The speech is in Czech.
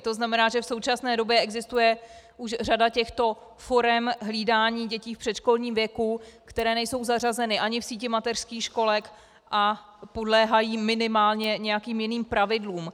To znamená, že v současné době existuje už řada těchto forem hlídání dětí v předškolním věku, které nejsou zařazeny ani v síti mateřských školek a podléhají minimálně nějakým jiným pravidlům.